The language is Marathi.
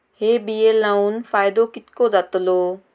हे बिये लाऊन फायदो कितको जातलो?